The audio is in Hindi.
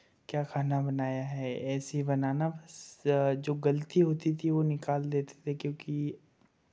क्या खाना बनाया है ऐसे ही बनाना बस जो गलती होती थी वो निकाल देते थे क्योंकि